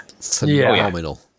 phenomenal